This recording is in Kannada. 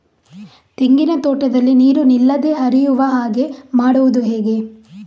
ತೆಂಗಿನ ತೋಟದಲ್ಲಿ ನೀರು ನಿಲ್ಲದೆ ಹರಿಯುವ ಹಾಗೆ ಮಾಡುವುದು ಹೇಗೆ?